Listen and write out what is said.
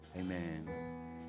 Amen